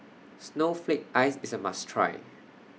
Snowflake Ice IS A must Try